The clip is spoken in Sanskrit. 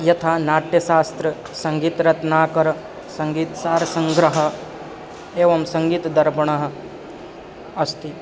यथा नाट्यशास्त्रं सङ्गीतरत्नाकरः सङ्गीतसारसङ्ग्रहः एवं सङ्गीतदर्पणः अस्ति